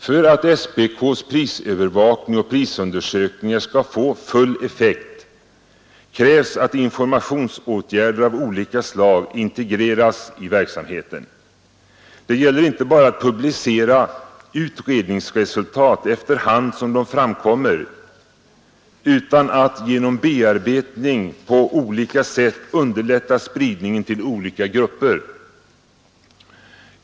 För att SPK:s prisövervakning och prisundersökningar skall få full effekt krävs att informationsåtgärder av olika slag integreras i verksamheten. Det gäller inte bara att publicera utredningsresultat efter hand som de framkommer utan också att genom bearbetning på olika sätt underlätta spridningen till olika grupper.